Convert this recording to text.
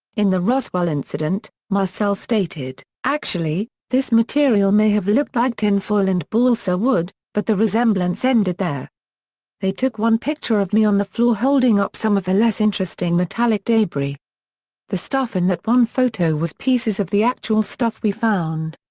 in the roswell incident, marcel stated, actually, this material may have looked like tinfoil and balsa wood, but the resemblance ended there they took one picture of me on the floor holding up some of the less-interesting metallic debris the stuff in that one photo was pieces of the actual stuff we found.